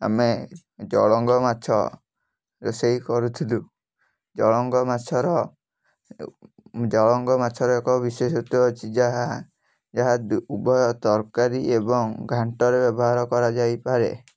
ଆମେ ଜଳଙ୍ଗ ମାଛ ରୋଷେଇ କରୁଥିଲୁ ଜଳଙ୍ଗ ମାଛର ଜଳଙ୍ଗ ମାଛର ଏକ ବିଶେଷତ୍ୱ ଅଛି ଯାହା ଯାହା ଉଭ ଉଭୟ ତରକାରୀ ଏବଂ ଘାଣ୍ଟରେ ବ୍ୟବହାର କରାଯାଇପାରେ